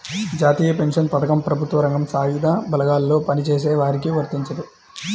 జాతీయ పెన్షన్ పథకం ప్రభుత్వ రంగం, సాయుధ బలగాల్లో పనిచేసే వారికి వర్తించదు